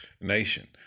nation